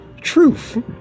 truth